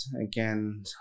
again